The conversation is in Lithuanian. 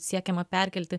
siekiama perkelti